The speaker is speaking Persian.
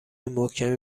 محکمی